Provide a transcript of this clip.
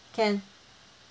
can